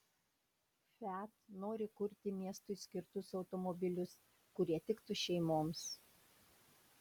fiat nori kurti miestui skirtus automobilius kurie tiktų šeimoms